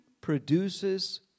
produces